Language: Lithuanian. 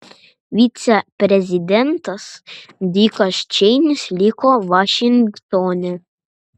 viceprezidentas dikas čeinis liko vašingtone